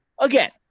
again